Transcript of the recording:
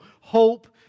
Hope